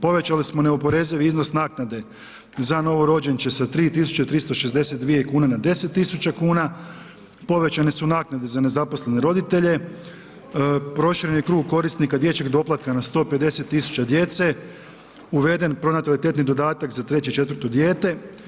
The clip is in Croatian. Povećali smo neoporezivi iznos naknade za novorođenče sa 3.362 kune na 10.000 kuna, povećane su naknade za nezaposlene roditelje, proširen je krug korisnika dječjeg doplatka na 150.000 djece, uveden pronatalitetni dodatak za 3 i 4 dijete.